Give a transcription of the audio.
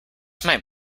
might